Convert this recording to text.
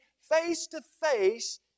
face-to-face